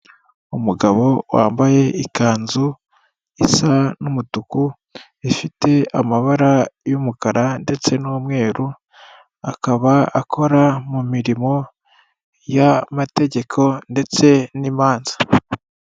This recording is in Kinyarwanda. Umugabo wambaye ikanzu isa n'umutuku, ifite amabara y'umukara ndetse n'umweru, akaba akora mu mirimo y'amategeko ndetse n'imanza.